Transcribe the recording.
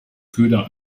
köder